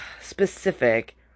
specific